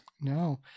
No